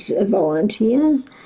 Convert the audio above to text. volunteers